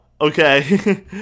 Okay